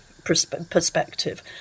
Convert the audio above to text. perspective